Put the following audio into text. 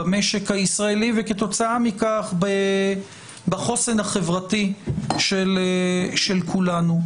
במשק הישראלי וכתוצאה מכך בחוסן החברתי של כולנו.